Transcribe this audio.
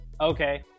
Okay